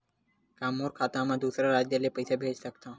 का मोर खाता म दूसरा राज्य ले पईसा भेज सकथव?